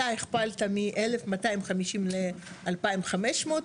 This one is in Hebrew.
אתה הכפלת מ-1250 ל-2500,